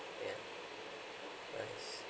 yeah nice